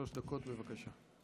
שלוש דקות, בבקשה.